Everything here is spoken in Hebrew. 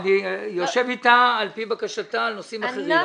אני יושב אתה על פי בקשתה על נושאים אחרים.